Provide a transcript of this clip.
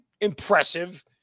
impressive